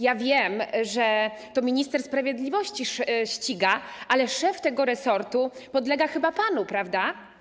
Ja wiem, że to minister sprawiedliwości ich ściga, ale szef tego resortu podlega chyba panu, prawda?